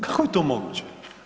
Kako je to moguće?